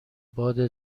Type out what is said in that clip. باد